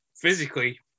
Physically